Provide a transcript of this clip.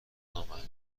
نامحدود